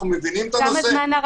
אנחנו מבינים את הנושא,